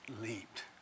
leaped